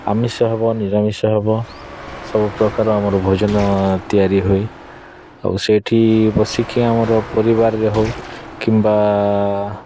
ଆମିଷ ହେବ ନିରାମିଷ ହେବ ସବୁ ପ୍ରକାର ଆମର ଭୋଜନ ତିଆରି ହୁଏ ଆଉ ସେଠି ବସିକି ଆମର ପରିବାରରେ ହେଉ କିମ୍ବା